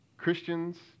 Christians